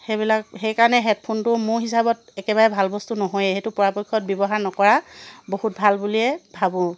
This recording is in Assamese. সেইবিলাক সেইকাৰণে হেডফোনটো মোৰ হিচাপত একেবাৰে ভাল বস্তু নহয়েই সেইটো পৰাপক্ষত ব্যৱহাৰ নকৰা বহুত ভাল বুলিয়েই ভাবোঁ